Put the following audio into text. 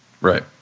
Right